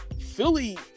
Philly